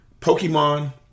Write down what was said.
Pokemon